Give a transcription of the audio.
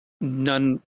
None